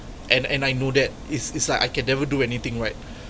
and and I know that it's it's like I can never do anything right